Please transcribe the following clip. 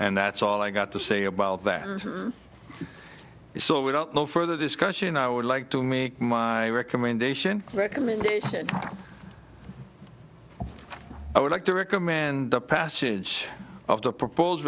and that's all i got to say about that so without no further discussion i would like to me my recommendation recommendation i would like to recommend the passage of the proposed